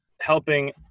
helping